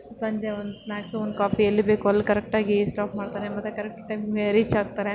ಸಂಜೆ ಒಂದು ಸ್ನಾಕ್ಸು ಒಂದು ಕಾಫಿ ಎಲ್ಲಿ ಬೇಕು ಅಲ್ಲಿ ಕರೆಕ್ಟಾಗಿ ಸ್ಟಾಪ್ ಮಾಡ್ತಾರೆ ಮತ್ತೆ ಕರೆಕ್ಟ್ ಟೈಮ್ಗೆ ರೀಚ್ ಆಗ್ತಾರೆ